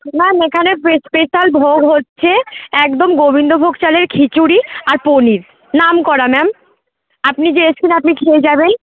ma'am এখানে special ভোগ হচ্ছে একদম গোবিন্দভোগ চালের খিচুড়ি আর পনির নাম করা ম্যাম আপনি যে এসেছেন আপনি খেয়ে যাবেন